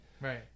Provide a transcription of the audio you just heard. Right